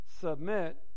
submit